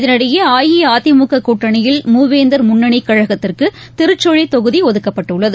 இதளிடையே அஇஅதிமுக கூட்டணியில் மூவேந்தர் முன்னணி கழகத்திற்கு திருச்சுழி தொகுதி ஒதுக்கப்பட்டுள்ளது